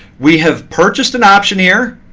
we have purchased an option here.